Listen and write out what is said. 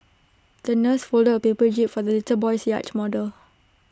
the nurse folded A paper jib for the little boy's yacht model